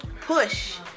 push